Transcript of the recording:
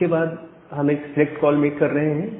इसके बाद हम एक सिलेक्ट कॉल मेक कर रहे हैं